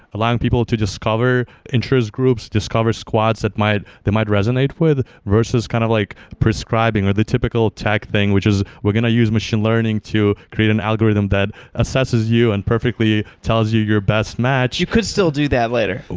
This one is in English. allowing people to discover interest groups, discover squads that they might resonate with versus kind of like prescribing, or the typical tech thing, which is we're going to use machine learning to create an algorithm that assess you and perfectly tells you your best match you could still do that later.